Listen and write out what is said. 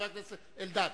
אלדד.